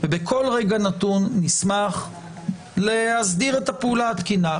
ובכל רגע נתון נשמח להסדיר את הפעולה התקינה.